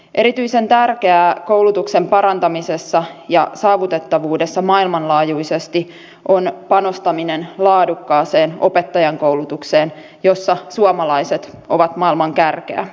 erityisen tärkeää koulutuksen parantamisessa ja saavutettavuudessa maailmanlaajuisesti on panostaminen laadukkaaseen opettajankoulutukseen jossa suomalaiset ovat maailman kärkeä